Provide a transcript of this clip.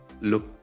look